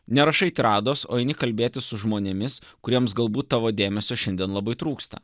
nerašai trados o eini kalbėtis su žmonėmis kuriems galbūt tavo dėmesio šiandien labai trūksta